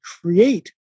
create